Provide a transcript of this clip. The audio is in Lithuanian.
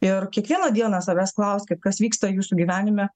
ir kiekvieną dieną savęs klauskit kas vyksta jūsų gyvenime